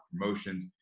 promotions